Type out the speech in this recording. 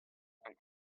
and